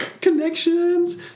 connections